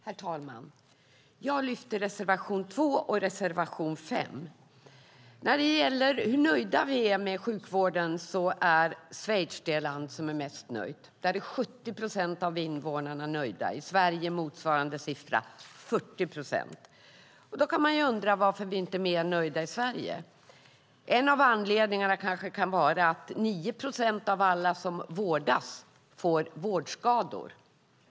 Herr talman! Jag yrkar bifall till reservation 2 och reservation 5. När det gäller nöjdheten med sjukvården är Schweiz det land där medborgarna är nöjdast. Där är 70 procent av invånarna nöjda. I Sverige är motsvarande siffra 40 procent. Då kan man undra varför vi inte är mer nöjda i Sverige. En av anledningarna kanske kan vara att 9 procent av alla som vårdas får vårdskador.